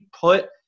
put